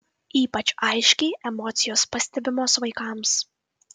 ypač aiškiai emocijos pastebimos vaikams